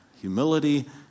humility